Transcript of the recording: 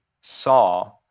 saw